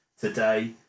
today